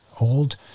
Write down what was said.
old